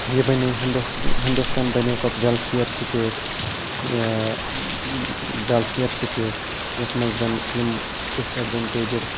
یہِ بَنے ہِندُستان ہِندوستان بَنیو پَتہٕ ویٚلفِیَر سٹیٹ ویٚلفِیر سٹیٹ یَتھ منٛز زَن یِم ڈِس ایٚڈویٚنٹیجِڈ